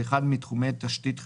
באחד מתחומי תשתית חיונית,